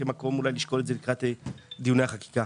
יש מקום אולי לשקול את זה בהמשך דיוני החקיקה.